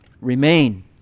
remain